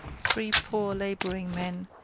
three poor labouring men,